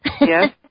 Yes